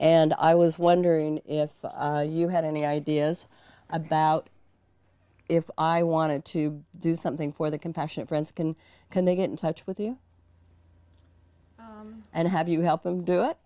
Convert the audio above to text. and i was wondering if you had any ideas about if i wanted to do something for the compassionate friends can can they get in touch with you and have you help them do it